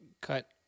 cut